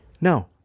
No